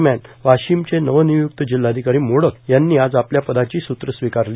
दरम्यान वाषीमचे नवनिय्क्त जिल्हाधिकारी मोडक यांनी आज आपल्या पदाची सूत्र स्वीकारली